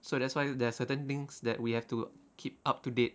so that's why there are certain things that we have to keep up to date